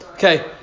Okay